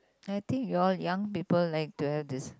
I think you all young people like to have this